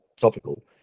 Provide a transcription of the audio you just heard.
topical